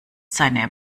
seine